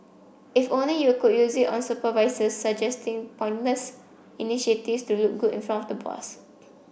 if only you could use it on supervisors suggesting pointless initiatives to look good in front of the boss